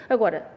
Agora